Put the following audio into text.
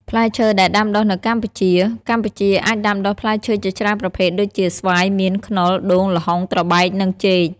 ផ្លែឈើដែលដាំដុះនៅកម្ពុជាកម្ពុជាអាចដាំដុះផ្លែឈើជាច្រើនប្រភេទដូចជា ស្វាយ មៀន ខ្នុរ ដូង ល្ហុង ត្របែក និងចេក។